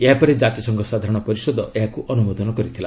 ଏହାପରେ କାତିସଂଘ ସାଧାରଣ ପରିଷଦ ଏହାକୁ ଅନୁମୋଦନ କରିଥିଲା